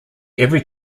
every